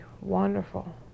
wonderful